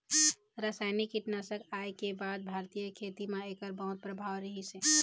रासायनिक कीटनाशक आए के बाद भारतीय खेती म एकर बहुत प्रभाव रहीसे